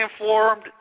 informed